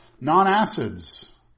Non-acids